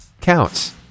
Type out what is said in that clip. counts